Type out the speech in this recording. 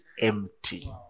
empty